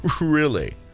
Really